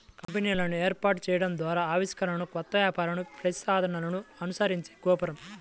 కంపెనీలను ఏర్పాటు చేయడం ద్వారా ఆవిష్కరణలు, కొత్త వ్యాపార ప్రతిపాదనలను అనుసరించే గోపురం